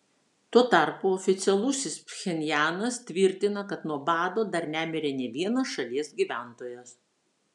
tuo tarpu oficialusis pchenjanas tvirtina kad nuo bado dar nemirė nė vienas šalies gyventojas